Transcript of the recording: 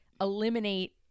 eliminate